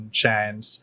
chance